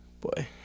boy